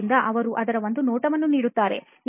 ಆದ್ದರಿಂದ ಅವರು ಅದರ ಒಂದು ನೋಟವನ್ನು ನೀಡುತ್ತಾರೆ